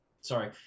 Sorry